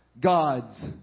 God's